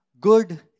good